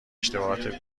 اشتباهات